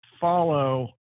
follow